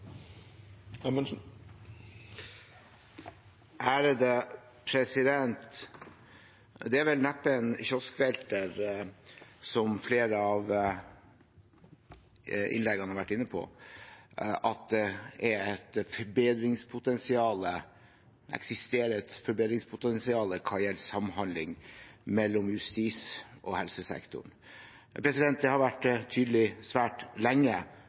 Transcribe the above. Det er vel neppe en kioskvelter, som flere av innleggene har vært inne på, at det eksisterer et forbedringspotensial når det gjelder samhandling mellom justis- og helsesektoren. Det har vært tydelig svært lenge